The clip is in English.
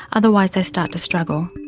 otherwise they start to struggle.